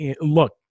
look